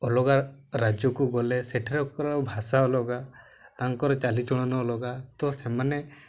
ଅଲଗା ରାଜ୍ୟକୁ ଗଲେ ସେଠାକାର ଭାଷା ଅଲଗା ତାଙ୍କର ଚାଲିଚଳନ ଅଲଗା ତ ସେମାନେ